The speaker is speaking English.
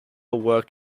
worked